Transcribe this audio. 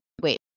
wait